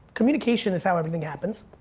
communication is how everything happens.